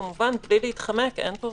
כמובן בלי להתחמק, אין פה